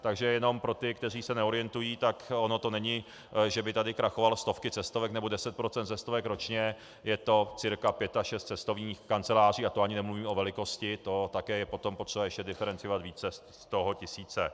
Takže jenom pro ty, kteří se neorientují, tak ono to není, že by tady krachovaly stovky cestovek nebo 10 % cestovek ročně, je to cca pět šest cestovních kanceláří, a to ani nemluvím o velikosti, to také je potom potřeba ještě diferencovat více z toho tisíce.